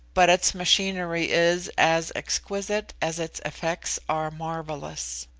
but its machinery is as exquisite as its effects are marvellous.